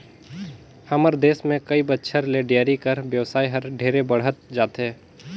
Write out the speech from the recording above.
हमर देस में कई बच्छर ले डेयरी कर बेवसाय हर ढेरे बढ़हत जाथे